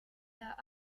der